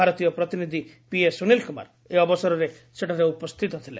ଭାରତୀୟ ପ୍ରତିନିଧି ପିଏ ସୁନିଲ କୁମାର ଏହି ଅବସରରେ ସେଠାରେ ଉପସ୍ଥିତ ଥିଲେ